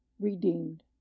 redeemed